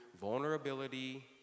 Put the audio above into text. vulnerability